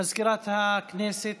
למזכירת הכנסת